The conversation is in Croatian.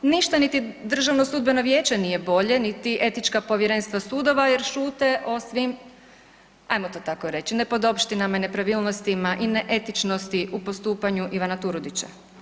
Ništa niti Državno sudbeno vijeće nije bolje niti etička povjerenstva sudova jer šute o svim hajmo to tako reći nepodopštinama i nepravilnostima, i neetičnosti u postupanju Ivana Turudića.